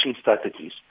strategies